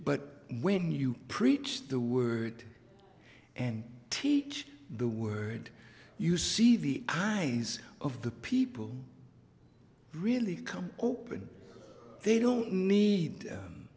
but when you preach the word and teach the word you see the eyes of the people really come open they don't need